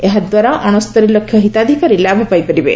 ଏହାଦ୍ୱାରା ଅଣସ୍ତରୀ ଲକ୍ଷ୍ୟ ହିତାଧିକାରୀ ଲାଭ ପାଇପାରିବେ